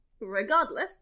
regardless